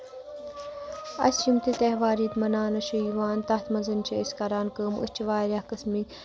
اَسہِ یِم تہِ تہوار ییٚتہِ مناونہٕ چھِ یِوان تَتھ مَنٛز چھِ أسۍ کَران کٲم أسۍ چھِ واریاہَ قسمٕکۍ